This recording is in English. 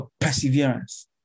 perseverance